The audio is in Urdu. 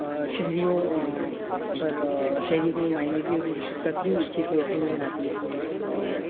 شہریوں پر شہریوں کی نمائندگی اور ان کی شرکت ہی اس چیز کو یقینی بناتی ہے اور